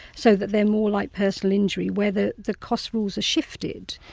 so that they're more like personal injury, where the the costs rules are shifted,